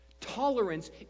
Tolerance